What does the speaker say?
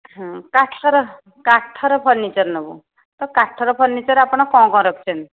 ହୁଁ କାଠର କାଠର ଫର୍ଣ୍ଣିଚର ନେବୁ ତ କାଠର ଫର୍ଣ୍ଣିଚର ଆପଣ କ'ଣ କ'ଣ ରଖିଛନ୍ତି